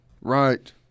Right